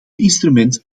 instrument